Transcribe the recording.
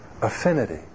affinity